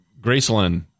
graceland